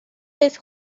this